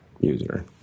user